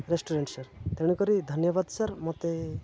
restaurant sir ତେଣୁ କରି ଧନ୍ୟବାଦ ସାର୍ ମୋତେ